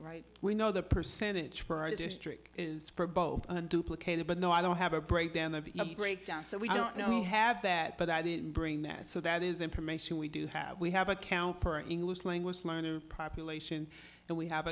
right we know the percentage for our district is for both duplicated but no i don't have a breakdown of the breakdown so we don't know who have that but i didn't bring that so that is information we do have we have account for an english language population and we have